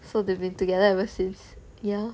so they've been together ever since ya